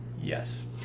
Yes